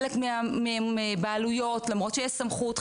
חלק מהבעלויות למרות שיש סמכות,